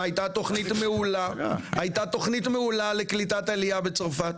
יאיר שמיר אומר לי "הייתה תוכנית מעולה לקליטת עלייה בצרפת".